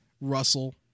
Russell